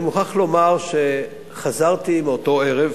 אני מוכרח לומר שחזרתי באותו ערב